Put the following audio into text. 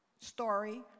story